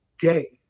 day